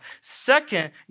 Second